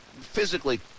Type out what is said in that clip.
physically